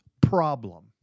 problem